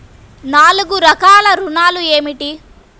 నాలుగు రకాల ఋణాలు ఏమిటీ?